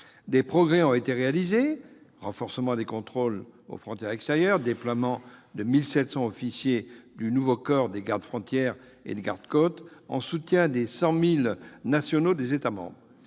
Des progrès ont été réalisés : renforcement des contrôles aux frontières extérieures, déploiement de 1 700 officiers du nouveau corps des gardes-frontières et des garde-côtes en soutien aux 100 000 agents nationaux des États membres,